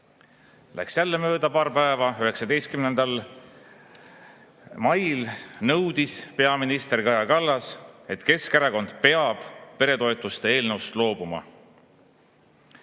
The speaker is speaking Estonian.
Läks jälle mööda paar päeva. 19. mail nõudis peaminister Kaja Kallas, et Keskerakond peretoetuste eelnõust loobuks.